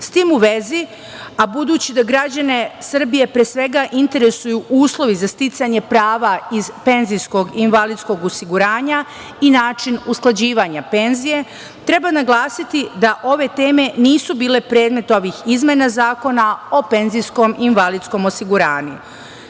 tim u vezi, a budući da građane Srbije, pre svega, interesuju uslovi za sticanje prava iz penzijskog i invalidskog osiguranja i način usklađivanja penzije, treba naglasiti da ove teme nisu bile predmet ovih izmena Zakona o PIO.Predložene izmene